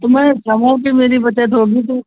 तो मैं कहाँ से मेरी बचत होगी तो